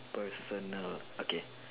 personnel okay